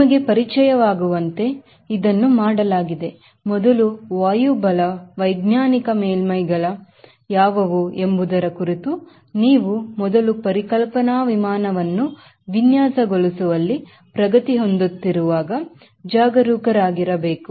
ನಿಮಗೆ ಪರಿಚಯ ವಾಗುವಂತೆ ಇದನ್ನು ಮಾಡಲಾಗಿದೆ ಮೊದಲು ವಾಯುಬಲ ವೈಜ್ಞಾನಿಕ ಮೇಲ್ಮೈಗಳು ಯಾವವು ಎಂಬುದರ ಕುರಿತು ನೀವು ಮೊದಲು ಪರಿಕಲ್ಪನಾ ವಿಮಾನವನ್ನು ವಿನ್ಯಾಸಗೊಳಿಸುವಲ್ಲಿ ಪ್ರಗತಿ ಹೊಂದುತ್ತಿರುವಾಗ ಜಾಗರೂಕರಾಗಿರಬೇಕು